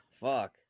Fuck